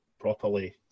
properly